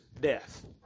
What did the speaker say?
death